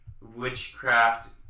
witchcraft